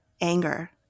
anger